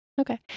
Okay